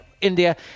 India